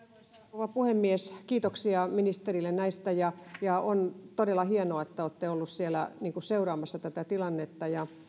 rouva puhemies kiitoksia ministerille näistä ja ja on todella hienoa että olette ollut siellä seuraamassa tätä tilannetta